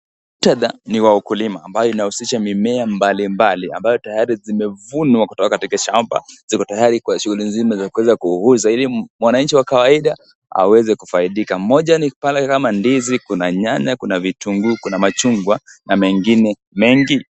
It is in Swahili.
Muktadha, ni wa wakulima ambao unahusisha mimea mbalimbali, ambayo tayari imevunwa kutoka katika shamba, ziko tayari kwa shughuli zingine za kuweza kuuzwa, ili mwananchi wa kawaida aweze kufaidika, moja ni pale kama ndizi, kuna nyanya, kuna vitunguu, kuna machungwa na mengine mengi.